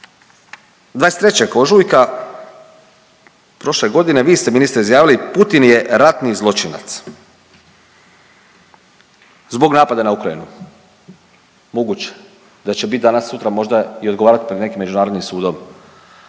23. ožujka prošle godine, vi ste, ministre, izjavili, Putin je ratni zločinac zbog napada na Ukrajinu. Moguće da će biti, danas-sutra možda i odgovarat pred nekim međunarodnim sudom.